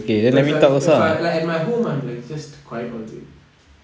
if I if I like at my home I'm like just quiet all the way